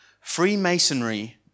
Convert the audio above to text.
Freemasonry